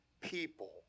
people